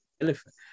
elephant